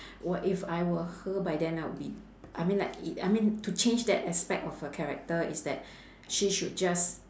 what if I were her by then I'll be I mean like I mean to change that aspect of her character is that she should just